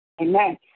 amen